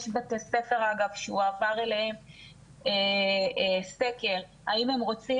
יש בתי ספר אגב שהועבר אליהם סקר האם הם רוצים